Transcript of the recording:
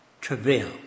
travail